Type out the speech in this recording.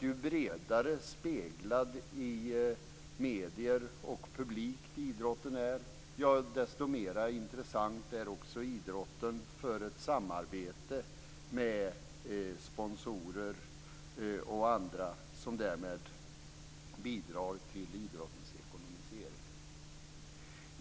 Ju bredare speglad i medier och publikt idrotten är, desto mer intressant är den också för ett samarbete med sponsorer och andra, som därmed bidrar till idrottens ekonomisering.